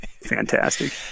Fantastic